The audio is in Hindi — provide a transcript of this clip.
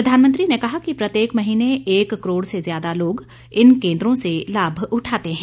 प्रधानमंत्री ने कहा कि प्रत्येक महीने एक करोड़ से ज्यादा लोग इन केन्द्रों से लाभ उठाते हैं